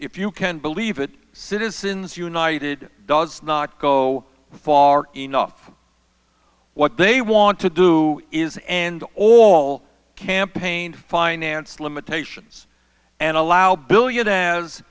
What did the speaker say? if you can believe it citizens united does not go far enough what they want to do is all campaign finance limitations and allow billionaires